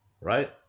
Right